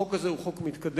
החוק הזה הוא חוק מתקדם,